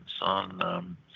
on